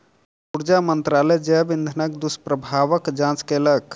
ऊर्जा मंत्रालय जैव इंधनक दुष्प्रभावक जांच केलक